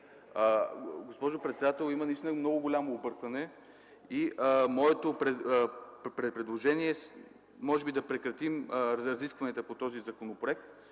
Госпожо председател, наистина има много голямо объркване и моето предложение е: да прекратим разискванията по този законопроект